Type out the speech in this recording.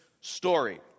story